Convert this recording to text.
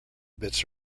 bits